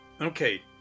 okay